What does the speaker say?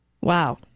Wow